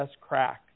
crack